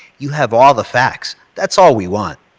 you have all the facts. that's all we want.